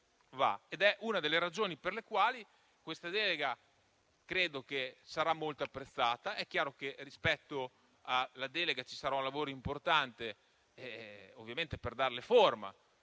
una delle ragioni per le quali questa delega credo sarà molto apprezzata. È chiaro che ci sarà un lavoro importante per darle forma,